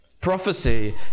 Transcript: prophecy